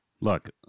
Look